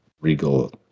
regal